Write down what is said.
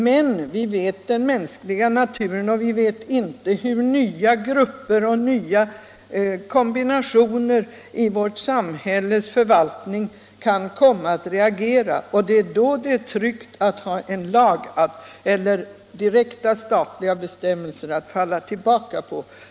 Men vi känner den mänskliga naturen, och vi vet inte hur nya grupper och nya kombinationer i vårt samhälles förvaltning kan komma att reagera. Det är då det är tryggt att ha en lag eller direkta statliga bestämmelser att falla tillbaka på.